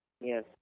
Yes